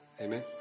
Amen